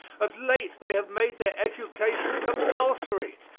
of late they have made their education compulsory,